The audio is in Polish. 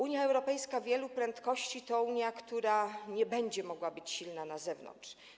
Unia Europejska wielu prędkości to Unia, która nie będzie mogła być silna na zewnątrz.